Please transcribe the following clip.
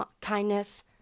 kindness